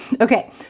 Okay